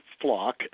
flock